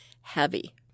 heavy